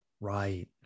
Right